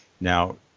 Now